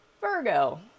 Virgo